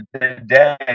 today